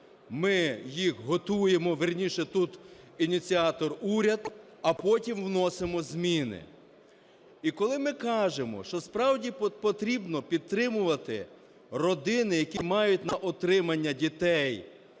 Ми їх готуємо, вірніше, тут ініціатор – уряд, а потім вносимо зміни. І коли ми кажемо, що справді потрібно підтримувати родини, які мають на утриманні дітей,